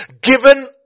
Given